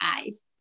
eyes